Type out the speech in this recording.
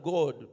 God